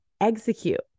execute